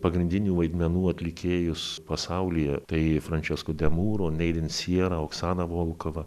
pagrindinių vaidmenų atlikėjus pasaulyje tai frančesko demuro neidin siera oksana volkova